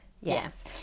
Yes